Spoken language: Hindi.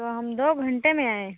तो हम दो घंटे में आएं